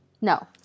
No